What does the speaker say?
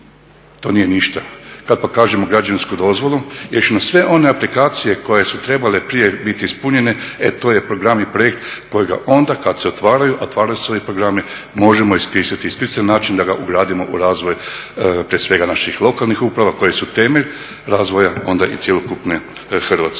To nije ništa. kada pokažemo građevinsku dozvolu i riješimo sve one aplikacije koje su trebale biti prije ispunjene, e to je program i projekt kojega onda kada se otvaraju, a otvaraju se uvijek programi možemo iskoristiti, iskoristiti način da ga ugradimo u razvoj prije svega naših lokalnih uprava koje su temelj razvoja onda i cjelokupne Hrvatske.